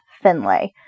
Finlay